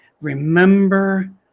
remember